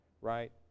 right